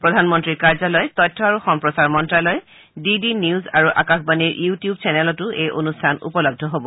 প্ৰধানমন্ত্ৰীৰ কাৰ্যালয় তথ্য আৰু সম্প্ৰচাৰ মন্ত্ৰালয় ডি ডি নিউজ আৰু আকাশবাণীৰ ইউটিউব চেনেলতো এই অনুষ্ঠান উপলব্ধ হ'ব